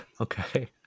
Okay